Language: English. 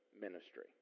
ministry